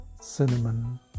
cinnamon